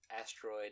asteroid